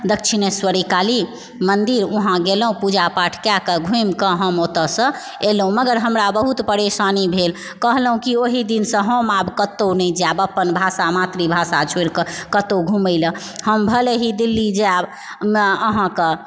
दक्षिणेश्वरी काली मन्दिर उहाँ गेलहुँ पूजा पाठ कएके घूमिके हम ओतएसँ एलहुँ मगर हमरा बहुत परेशानी भेल कहलहुँ कि ओहि दिनसँ हम आब कतहुँ नहि जायब अपन भाषा मातृभाषा छोड़िके कऽ कतहुँ घुमय लऽ हम भले ही दिल्ली जायब अहाँकऽ